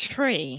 Tree